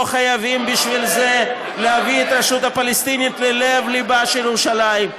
לא חייבים בשביל זה להביא את הרשות הפלסטינית ללב-ליבה של ירושלים.